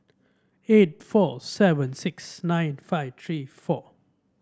eight four seven six nine five three four